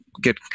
get